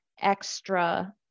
extra